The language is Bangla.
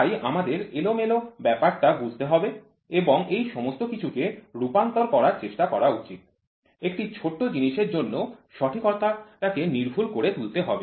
তাই আমাদের এলোমেলো ব্যাপারটা বুঝতে হবে এবং এই সমস্ত কিছুকে রূপান্তর করার চেষ্টা করা উচিত একটি ছোট জিনিসের জন্য সঠিকটাকে সূক্ষ্ম করে তুলতে হবে